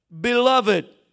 beloved